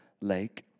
lake